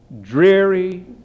dreary